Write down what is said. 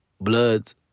Bloods